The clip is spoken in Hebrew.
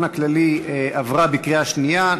הכללי (תיקון מס' 2) עברה בקריאה שנייה.